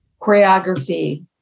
choreography